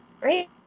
Great